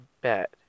bet